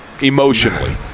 emotionally